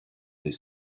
des